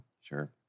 Sure